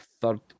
third